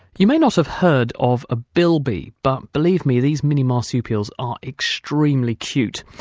you may not have heard of a bilby, but believe me, these mini marsupials are extremely cute.